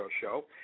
Show